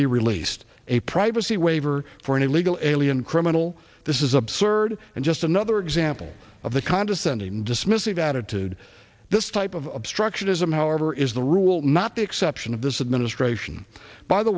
be released a privacy waiver for any live alien criminal this is absurd and just another example of a condescending dismissive attitude this type of obstructionism however is the rule not the exception of this administration by the